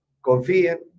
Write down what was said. confíen